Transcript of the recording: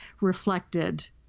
reflected